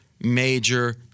major